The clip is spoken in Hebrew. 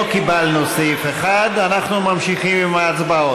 לא קיבלנו את סעיף 1. אנחנו ממשיכים עם ההצבעות.